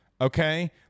okay